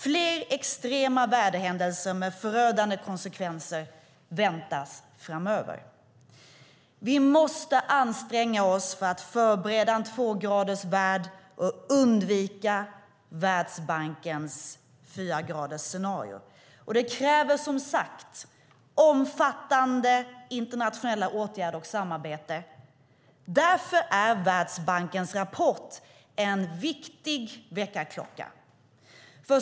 Fler extrema väderhändelser med förödande konsekvenser väntas framöver. Vi måste anstränga oss för att förbereda en värld där vi når tvågradersmålet och undviker Världsbankens fyragradersscenario. Det kräver, som sagt, omfattande internationella åtgärder och samarbete. Därför är Världsbankens rapport en viktig väckarklocka.